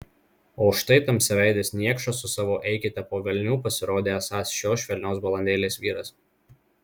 o štai tamsiaveidis niekšas su savo eikite po velnių pasirodė esąs šios švelnios balandėlės vyras